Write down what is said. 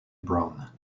brown